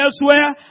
elsewhere